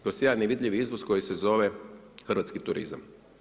Kroz jedan nevidljiv izvoz koji se zove hrvatski turizam.